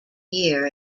year